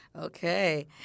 Okay